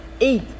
eight